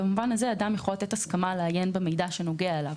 ובמובן הזה אדם יכול לתת הסכמה לעיין במידע שנוגע אליו.